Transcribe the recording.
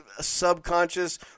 subconscious